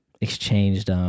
exchanged